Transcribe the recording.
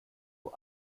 nur